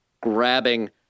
grabbing